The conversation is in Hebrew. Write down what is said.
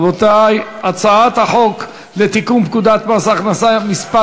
רבותי, הצעת החוק לתיקון פקודת מס הכנסה (מס'